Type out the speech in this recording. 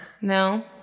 no